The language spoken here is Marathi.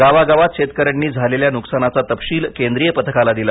गावागावात शेतकऱ्यांनी झालेल्या नुकसानाचा तपशील केंद्रीय पथकाला दिला